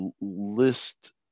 list